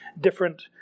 different